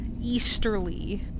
easterly